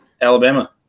Alabama